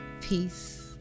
Peace